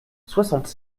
soixante